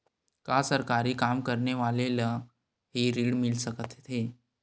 का सरकारी काम करने वाले ल हि ऋण मिल सकथे?